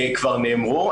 כבר נאמרו.